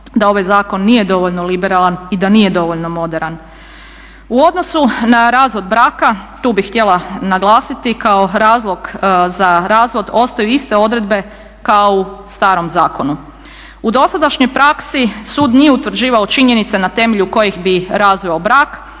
da ovaj zakon nije dovoljno liberalan i da nije dovoljno moderan. U odnosu na razvod braka tu bi htjela naglasiti kao razlog za razvod ostaju iste odredbe kao u starom zakonu. U dosadašnjoj praksi sud nije utvrđivao činjenice na temelju kojih bi razveo brak